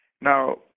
Now